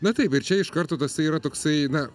na taip ir čia iš karto tasai yra toksai na